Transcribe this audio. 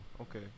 okay